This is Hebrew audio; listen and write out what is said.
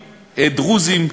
דרוזיים,